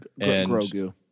Grogu